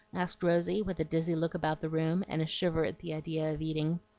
asked rosy, with a dizzy look about the room, and a shiver at the idea of eating.